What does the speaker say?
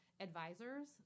advisors